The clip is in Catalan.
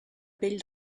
pell